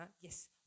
yes